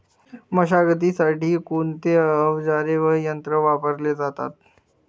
मशागतीसाठी कोणते अवजारे व यंत्र वापरले जातात?